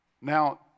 Now